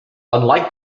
unlike